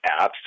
apps